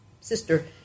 sister